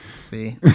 See